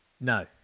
No